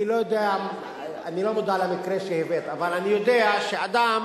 אני לא מודע למקרה שהבאת, אבל אני יודע שאדם